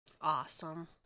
Awesome